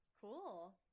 Cool